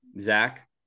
Zach